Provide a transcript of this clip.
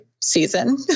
season